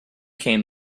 came